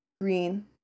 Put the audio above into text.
green